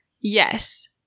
Yes